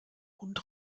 hund